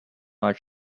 are